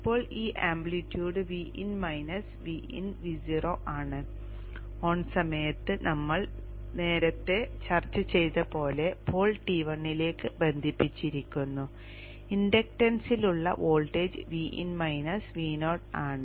ഇപ്പോൾ ഈ amplitude Vin minus Vin Vo ആണ് ഓൺ സമയത്ത് നമ്മൾ നേരത്തെ ചർച്ച ചെയ്തതുപോലെ പോൾ T1 ലേക്ക് ബന്ധിപ്പിച്ചിരിക്കുന്നു ഇൻഡക്റ്റൻസിലുള്ള വോൾട്ടേജ് Vin Vo ആണ്